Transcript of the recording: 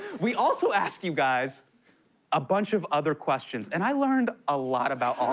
we also asked you guys a bunch of other questions, and i learned a lot about all